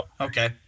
Okay